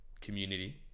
community